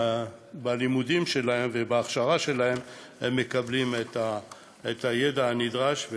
ובלימודים שלהם ובהכשרה שלהם הם מקבלים את הידע הנדרש,